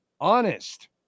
Honest